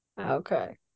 Okay